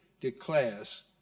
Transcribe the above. declares